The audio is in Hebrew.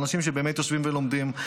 אנשים שבאמת יושבים ולומדים,